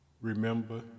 Remember